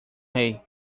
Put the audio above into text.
rei